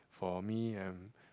for me I'm